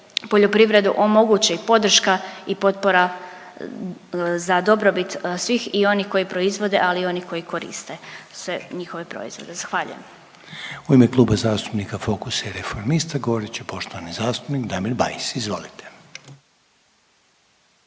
poljoprivredu omogući podrška i potpora za dobrobit svih i onih koji proizvode ali i onih koji koriste sve njihove proizvode. Zahvaljujem. **Reiner, Željko (HDZ)** U ime Kluba zastupnika Fokusa i Reformista govorit će poštovani zastupnik Damir Bajs. Izvolite.